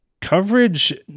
coverage